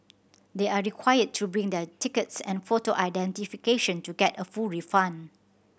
they are required to bring their tickets and photo identification to get a full refund